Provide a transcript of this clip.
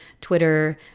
twitter